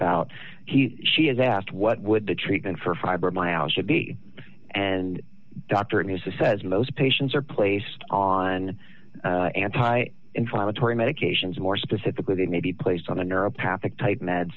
about he she has asked what would the treatment for fiber my i should be and doctor and he says most patients are placed on anti inflammatory medications more specifically they may be placed on a neuropathic type m